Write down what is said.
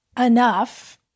enough